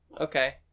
Okay